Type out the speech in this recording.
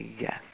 Yes